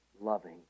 loving